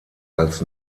als